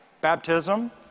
baptism